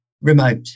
remote